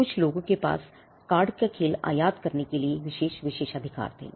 कुछ लोगों के पास कार्ड का खेल आयात करने के लिए ये विशेष विशेषाधिकार थे